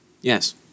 Yes